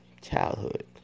Childhood